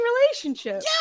relationship